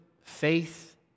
faith